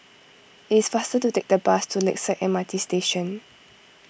it's faster to take the bus to Lakeside M R T Station